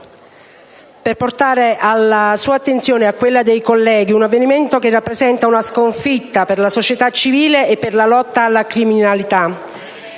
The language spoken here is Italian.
per portare alla sua attenzione e a quella dei colleghi un avvenimento che rappresenta una sconfitta per la società civile e per la lotta alla criminalità.